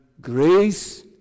grace